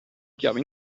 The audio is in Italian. chiave